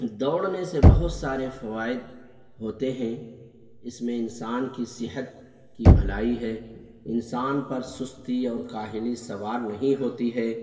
دوڑنے سے بہت سارے فوائد ہوتے ہیں اس میں انسان کی صحت کی بھلائی ہے انسان پر سستی اور کاہلی سوار نہیں ہوتی ہے